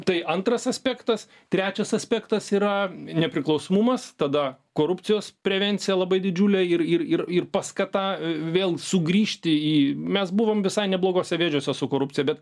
tai antras aspektas trečias aspektas yra nepriklausomumas tada korupcijos prevencija labai didžiulė ir ir ir ir paskata vėl sugrįžti į mes buvom visai neblogose vėžiose su korupcija bet